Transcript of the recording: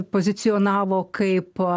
pozicionavo kaip